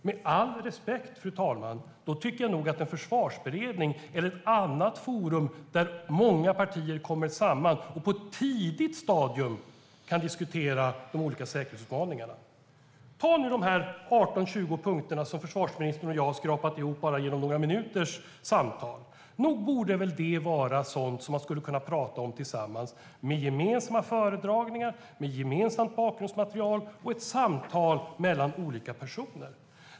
Med all respekt, fru talman, tycker jag nog att en försvarsberedning är ett annat forum där många partier kommer samman och på ett tidigt stadium kan diskutera de olika säkerhetsutmaningarna. Ta de 18-20 punkter som försvarsministern och jag har skrapat ihop bara under några minuters samtal. Nog borde det vara sådant som man skulle kunna tala om tillsammans med gemensamma föredragningar, med gemensamt bakgrundsmaterial och ett samtal mellan olika personer.